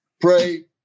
Pray